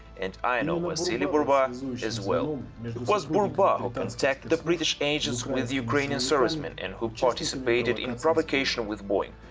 and i know vasiliy burba as well. it was burba who contacted the british agents with ukrainian servicemen and who participated in provocation with boeing.